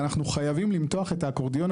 ואנחנו חייבים למתוח את האקורדיון.